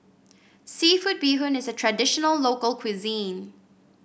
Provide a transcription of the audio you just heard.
seafood Bee Hoon is a traditional local cuisine